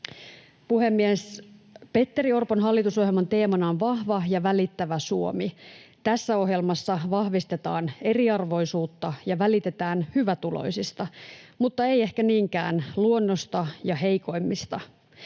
Puhemies! Petteri Orpon hallitusohjelman teemana on vahva ja välittävä Suomi. Tässä ohjelmassa vahvistetaan eriarvoisuutta ja välitetään hyvätuloisista mutta ei ehkä niinkään luonnosta ja heikoimmista.